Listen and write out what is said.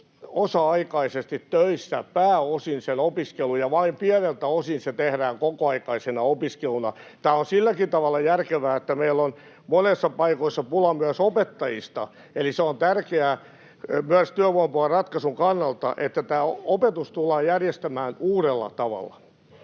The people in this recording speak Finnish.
osa-aikaisesti töissä pääosin sen opiskelun ajan ja vain pieneltä osin se tehdään kokoaikaisena opiskeluna. Tämä on silläkin tavalla järkevää, että meillä on monissa paikoissa pula myös opettajista, eli se on tärkeää myös työvoimapulan ratkaisun kannalta, että tämä opetus tullaan järjestämään uudella tavalla.